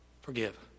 forgive